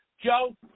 Joe